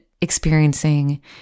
experiencing